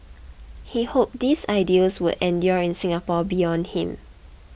he hoped these ideals would endure in Singapore beyond him